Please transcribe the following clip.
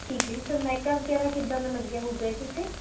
ਠੀਕ ਹੈ ਜੀ ਸਨਮਾਇਕਾ ਵਗੈਰਾ ਕਿੱਦਾਂ ਦਾ ਲੱਗਿਆ ਹੋਊਗਾ ਇਹਦੇ 'ਤੇ